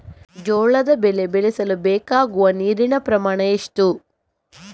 ಜೋಳದ ಬೆಳೆ ಬೆಳೆಸಲು ಬೇಕಾಗುವ ನೀರಿನ ಪ್ರಮಾಣ ಎಷ್ಟು?